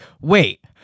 wait